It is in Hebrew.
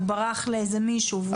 הוא ברח לאיזה מישהו.